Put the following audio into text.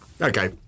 okay